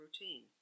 routine